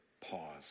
pause